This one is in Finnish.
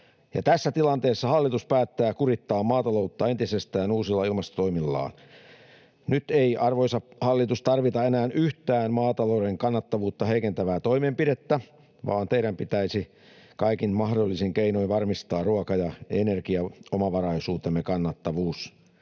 ja tässä tilanteessa hallitus päättää kurittaa maataloutta entisestään uusilla ilmastotoimillaan. Nyt ei, arvoisa hallitus, tarvita enää yhtään maatalouden kannattavuutta heikentävää toimenpidettä, vaan teidän pitäisi kaikin mahdollisin keinoin varmistaa ruoka- ja energiaomavaraisuutemme kannattavuus.